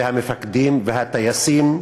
והמפקדים, והטייסים,